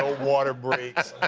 ah water breaks.